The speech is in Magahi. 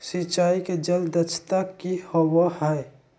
सिंचाई के जल दक्षता कि होवय हैय?